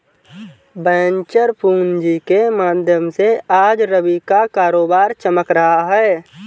venture पूँजी के माध्यम से आज रवि का कारोबार चमक रहा है